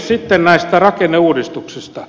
sitten näistä rakenneuudistuksista